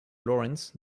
lawrence